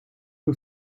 who